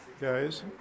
guys